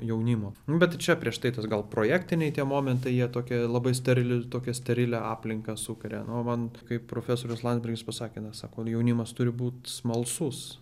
jaunimo nu bet čia prieš tai tas gal projektiniai tie momentai jie tokie labai sterili tokia sterilią aplinką sukuria nu o man kaip profesorius landsbergis pasakė na sako jaunimas turi būt smalsus